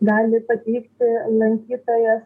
gali pateikti lankytojas